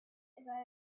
ago